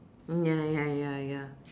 mm ya lah ya lah ya lah ya